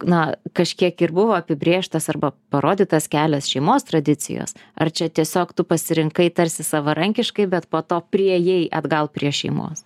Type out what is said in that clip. na kažkiek ir buvo apibrėžtas arba parodytas kelias šeimos tradicijos ar čia tiesiog tu pasirinkai tarsi savarankiškai bet po to priėjai atgal prie šeimos